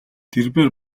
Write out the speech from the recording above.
тэрээр